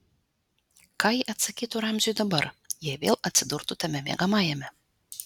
ką ji atsakytų ramziui dabar jei vėl atsidurtų tame miegamajame